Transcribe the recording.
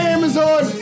Amazon